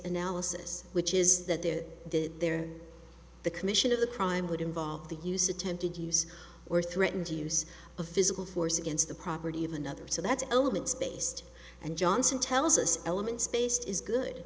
analysis which is that they're there the commission of the crime would involve the use attempted use or threatened use of physical force against the property of another so that's elements based and johnson tells us elements based is good